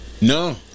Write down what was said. No